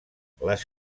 les